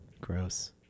Gross